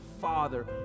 father